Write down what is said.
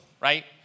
right